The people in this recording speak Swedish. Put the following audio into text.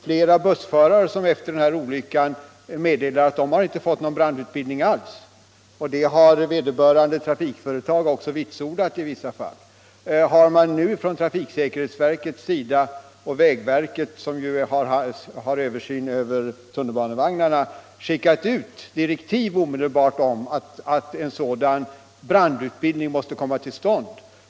Flera bussförare har efter olyckan trätt fram och meddelat att de inte har fått någon brandutbildning alls. I vissa fall har vederbörande trafikföretag också vitsordat detta. Har trafiksäkerhetsverket och vägverket, som har översynen över tunnelbanevagnarna, skickat ut några direktiv om att sådan här brandutbildning måste komma till stånd?